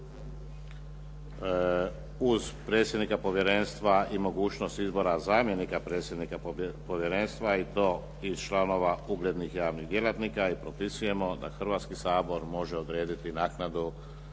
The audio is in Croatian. uz predsjednika povjerenstva i mogućnost izbora zamjenika predsjednika povjerenstva i to iz članova uglednih javnih djelatnika i propisujemo da Hrvatski sabor može odrediti naknadu